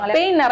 pain